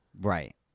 right